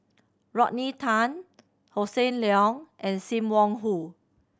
Rodney Tan Hossan Leong and Sim Wong Hoo